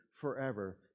forever